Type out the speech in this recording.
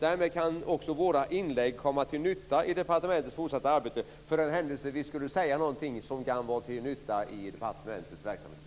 Därmed kan också våra inlägg komma till nytta i departementets fortsatta arbete, för den händelse vi skulle säga någonting som kan vara till nytta i departementets verksamhet.